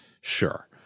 Sure